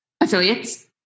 Affiliates